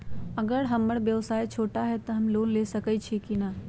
अगर हमर व्यवसाय छोटा है त हम लोन ले सकईछी की न?